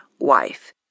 wife